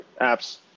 apps